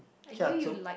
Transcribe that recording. ya so